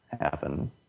happen